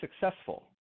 successful